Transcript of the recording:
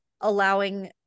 allowing